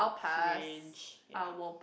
fringe ya